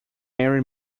mary